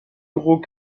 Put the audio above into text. gros